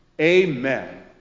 Amen